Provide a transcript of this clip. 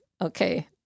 okay